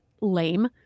lame